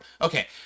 Okay